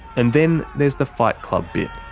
and then there's the fight club bit,